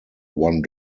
one